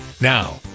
Now